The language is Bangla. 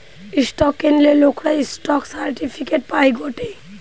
স্টক কিনলে লোকরা স্টক সার্টিফিকেট পায় গটে